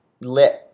lit